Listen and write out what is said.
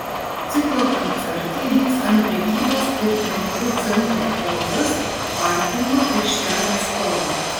ciklo koncertai vyks ant prekybos ir pramogų centro ozas parkingo aikštelės stogo